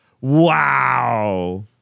Wow